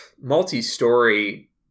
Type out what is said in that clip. multi-story